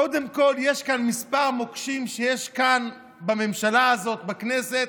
קודם כול, יש כאן כמה מוקשים בממשלה הזאת, בכנסת,